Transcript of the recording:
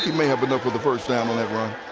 may have enough for the first down on that run.